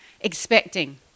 expecting